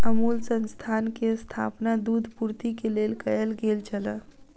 अमूल संस्थान के स्थापना दूध पूर्ति के लेल कयल गेल छल